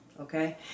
Okay